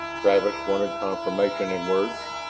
travis wanted confirmation in words.